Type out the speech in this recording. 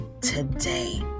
today